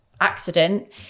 accident